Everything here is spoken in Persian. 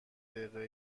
دقیقه